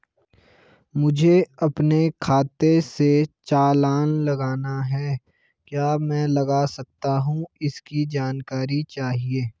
मुझे अपने खाते से चालान लगाना है क्या मैं लगा सकता हूँ इसकी जानकारी चाहिए?